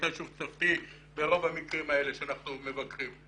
היא הייתה שותפתי ברוב המקרים האלה שאנחנו מבקרים.